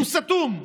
הוא סתום.